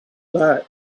that